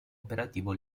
operativo